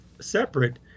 separate